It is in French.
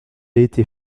été